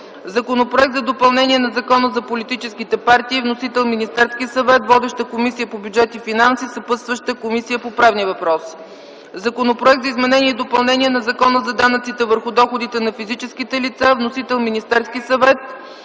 Законопроект за допълнение на Закона за политическите партии. Вносител е Министерският съвет. Водеща е Комисията по бюджет и финанси. Съпътстваща е Комисията по правни въпроси. Законопроект за изменение и допълнение на Закона за данъците върху доходите на физическите лица. Вносител е Министерският съвет.